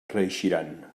reeixiran